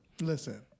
listen